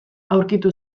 aurkitu